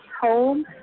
home